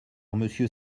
monsieur